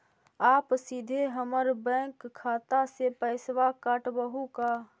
आप सीधे हमर बैंक खाता से पैसवा काटवहु का?